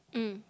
mm